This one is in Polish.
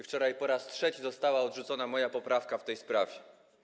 Wczoraj po raz trzeci została odrzucona moja poprawka w tej sprawie.